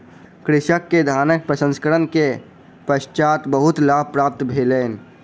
कृषक के धानक प्रसंस्करण के पश्चात बहुत लाभ प्राप्त भेलै